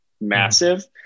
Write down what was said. massive